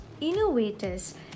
innovators